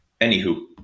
Anywho